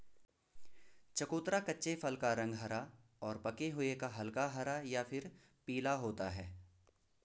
चकोतरा कच्चे फल का रंग हरा और पके हुए का हल्का हरा या फिर पीला होता है